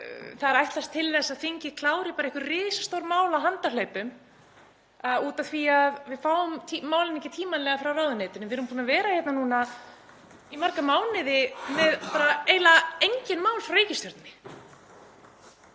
er ætlast til þess að þingið klári bara einhver risastór mál á handahlaupum af því að við fáum málin ekki tímanlega frá ráðuneytinu. Við erum búin að vera hérna í marga mánuði með eiginlega engin mál frá ríkisstjórninni.